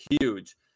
Huge